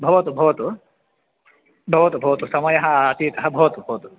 भवतु भवतु भवतु भवतु समयः अतीतः भवतु भवतु